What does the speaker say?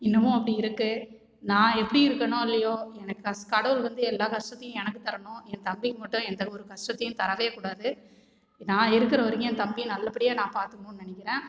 இன்னுமும் அப்படி இருக்குது நான் எப்படி இருக்கனோ இல்லையோ எனக்கு கஷ் கடவுள் வந்து எல்லா கஷ்டத்தையும் எனக்கு தரணு என் தம்பிக்கு மட்டும் எந்த ஒரு கஷ்டத்தையும் தரவே கூடாது நான் இருக்கிற வரைக்கும் என் தம்பியை நல்லபடியாக நான் பார்த்துக்கணும்னு நினைக்கிறன்